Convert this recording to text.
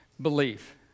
belief